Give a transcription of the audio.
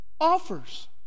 offers